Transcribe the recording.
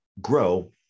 grow